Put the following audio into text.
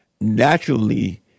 naturally